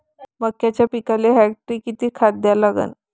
मक्याच्या पिकाले हेक्टरी किती खात द्या लागन?